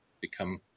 become